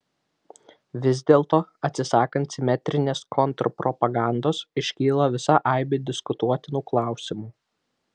vis dėlto atsisakant simetrinės kontrpropagandos iškyla visa aibė diskutuotinų klausimų